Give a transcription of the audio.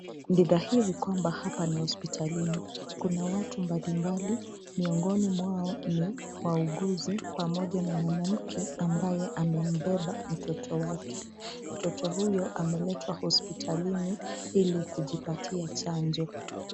Ni dhahiri kwamba hapa ni hosipitalini. Kuna watu mbalimbali, miongoni mwao ni wauguzi pamoja na mwanamke ambaye amembeba mtoto wake. Mtoto huyo ameletwa hosipitalini ili kujipatia chanjo.